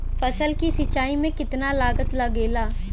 फसल की सिंचाई में कितना लागत लागेला?